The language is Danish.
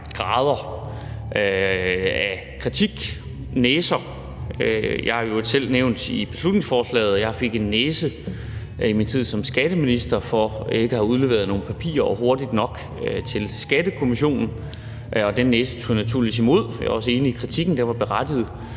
herunder at give en næse. Jeg er i øvrigt selv nævnt i beslutningsforslaget, fordi jeg i min tid som skatteminister fik en næse for ikke at have udleveret nogle papirer hurtigt nok til Skattekommissionen, og den næse tog jeg naturligvis imod, og jeg er også enig i kritikken, som var berettiget.